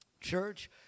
Church